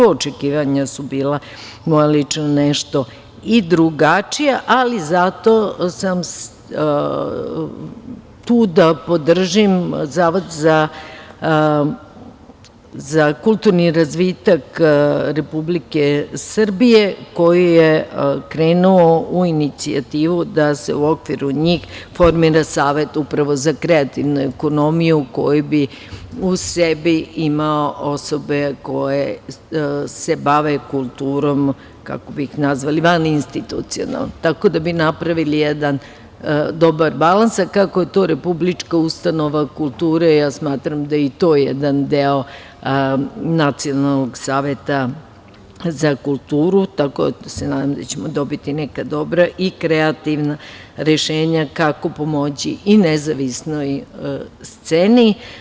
Moja lična očekivanja su bila nešto drugačija, ali zato sam tu da podržim Zavod za kulturni razvitak Republike Srbije, koji je krenuo u inicijativu da se u okviru njih formira savet upravo za kreativnu ekonomiju, koji bi u sebi imao osobe koje se bave kulturom vaninstitucionalno, tako da bi napravili jedan dobar balans, a kako je to republička ustanova kulture, ja smatram da je i to jedan deo Nacionalnog saveta za kulturu, tako da se nadam da ćemo dobiti neka dobra i kreativna rešenja kako pomoći nezavisnoj sceni.